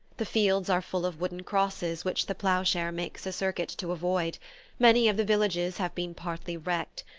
the fields are full of wooden crosses which the ploughshare makes a circuit to avoid many of the villages have been partly wrecked,